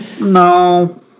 no